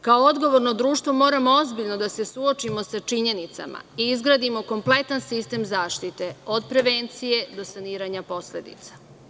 Kao odgovorno društvo, moramo ozbiljno da se suočimo sa činjenicama i izgradimo kompletan sistem zaštite, od prevencije do saniranja posledica.